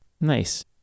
nice